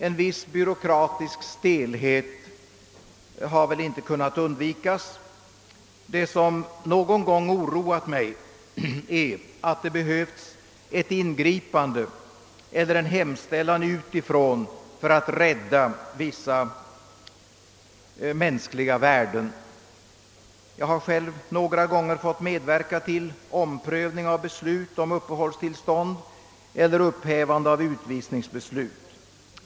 En viss byråkratisk stelhet har väl inte kunnat undvikas. Det som någon gång har oroat mig är att det behövts ett ingripande eller en hemställan utifrån för att rädda vissa mänskliga värden. Jag har själv några gånger fått medverka till omprövning av beslut om uppehållstillstånd eller upphävande av utvisningsbeslut.